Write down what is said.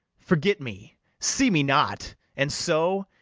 forget me, see me not and so,